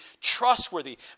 trustworthy